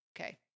Okay